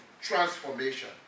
transformation